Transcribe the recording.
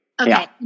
Okay